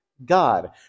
God